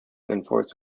enforced